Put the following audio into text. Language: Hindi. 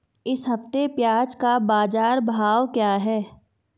इस हफ्ते प्याज़ का बाज़ार भाव क्या है?